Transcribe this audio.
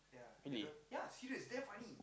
really